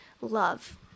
love